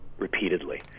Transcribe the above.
repeatedly